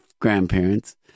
grandparents